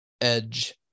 Edge